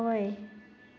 ꯑꯣꯏ